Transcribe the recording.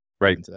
right